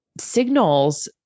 signals